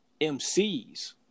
MCs